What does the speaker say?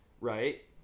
right